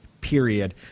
period